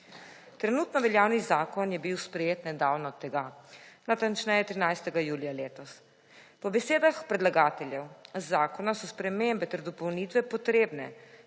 Trenutno veljavni zakon je bil sprejet nedavno tega, natančneje 13. julija letos. Po besedah predlagatelja zakona so spremembe ter dopolnitve potrebne,